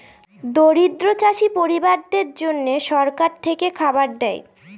দরিদ্র চাষী পরিবারদের জন্যে সরকার থেকে খাবার দেয়